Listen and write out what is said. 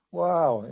wow